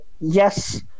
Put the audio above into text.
yes